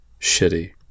shitty